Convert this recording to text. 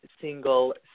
single